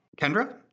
Kendra